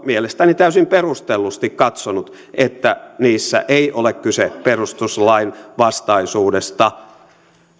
mielestäni täysin perustellusti katsonut että niissä ei ole kyse perustuslainvastaisuudesta